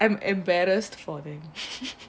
I'm embarrassed for them